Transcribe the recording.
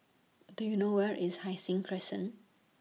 Do YOU know Where IS Hai Sing Crescent